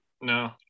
No